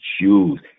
Jews